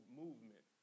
movement